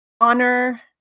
honor